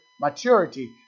maturity